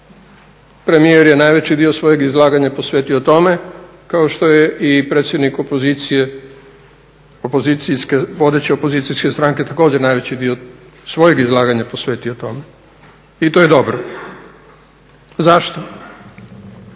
Premijer je najveći dio svojeg izlaganja posvetio tome kao što je i predsjednik opozicije, vodeće opozicijske stranke također najveći dio svojeg izlaganja posvetio tome i to je dobro. Zašto?